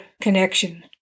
connection